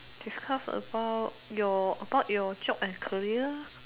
discuss about your about your job and career